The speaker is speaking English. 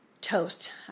toast